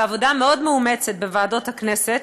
בעבודה מאוד מאומצת בוועדות הכנסת,